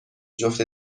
جفت